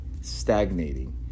stagnating